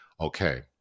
okay